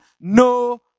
no